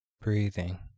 Breathing